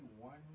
one